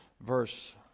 verse